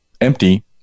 empty